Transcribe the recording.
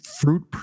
fruit